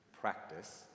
practice